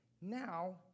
Now